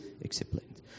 explained